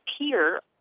appear